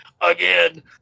again